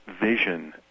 vision